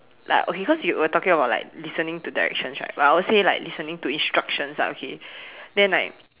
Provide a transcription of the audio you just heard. like okay cause you were talking about like listening to directions right but I would say like listening to instructions ah okay then like